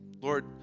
Lord